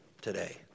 today